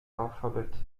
alphabet